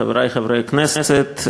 חברי חברי הכנסת,